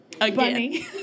Again